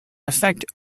affect